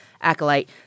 acolyte